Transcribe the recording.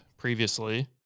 Previously